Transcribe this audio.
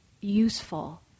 useful